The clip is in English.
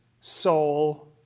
soul